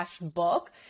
book